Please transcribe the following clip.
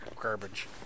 garbage